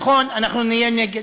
נכון, אנחנו נהיה נגד.